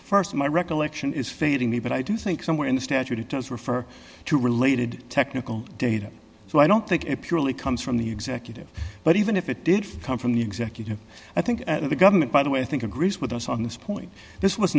answer st my recollection is fading me but i do think somewhere in the statute it does refer to related technical data so i don't think it purely comes from the executive but even if it did come from the executive i think at the government by the way i think agrees with us on this point this was